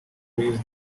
frees